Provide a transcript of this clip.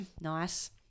Nice